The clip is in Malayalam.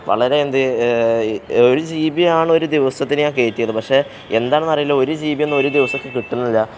വളരെ എന്ത് ഒരു ജീ ബിയാണ് ഒരു ദിവസത്തിന് ഞാൻ കയറ്റിയത് പക്ഷേ എന്താണെന്ന് അറിയില്ല ഒരു ജീ ബിയന്നും ഒരു ദിവസമൊക്കെ കിട്ടുന്നില്ല